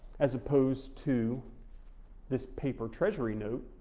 as opposed to this paper treasury note,